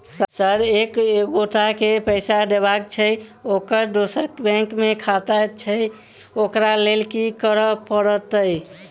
Sir एक एगोटा केँ पैसा देबाक छैय ओकर दोसर बैंक मे खाता छैय ओकरा लैल की करपरतैय?